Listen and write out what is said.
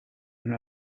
and